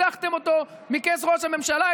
הדחתם אותו מכס ראש הממשלה.